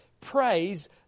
Praise